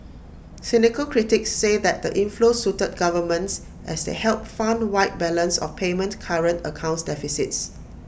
cynical critics say that the inflows suited governments as they helped fund wide balance of payment current accounts deficits